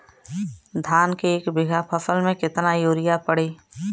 धान के एक बिघा फसल मे कितना यूरिया पड़ी?